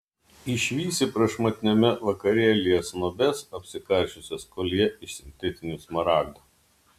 išvysi prašmatniame vakarėlyje snobes apsikarsčiusias koljė iš sintetinių smaragdų